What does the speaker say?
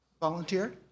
volunteer